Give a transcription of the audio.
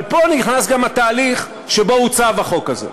אבל פה נכנס גם התהליך שבו עוצב החוק הזה.